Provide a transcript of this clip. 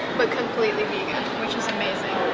but completely vegan which is amazing!